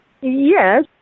Yes